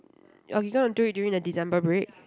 oh you're gonna do it during the December break